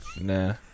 Nah